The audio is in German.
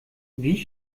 wie